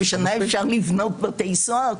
בשנה אפשר לבנות בתי סוהר?